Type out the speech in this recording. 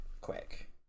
quick